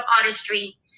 artistry